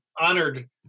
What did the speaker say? honored